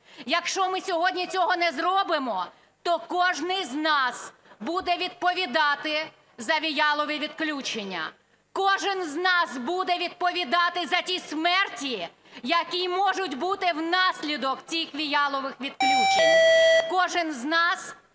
Якщо ми сьогодні цього не зробимо, то кожний з нас буде відповідати за віялові відключення. Кожен з нас буде відповідати за ті смерті, які можуть бути внаслідок цих віялових відключень. Кожен з нас